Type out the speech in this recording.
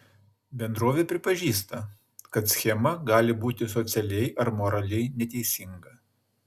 bendrovė pripažįsta kad schema gali būti socialiai ar moraliai neteisinga